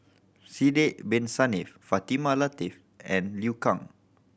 Sidek Bin Saniff Fatimah Lateef and Liu Kang